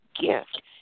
gift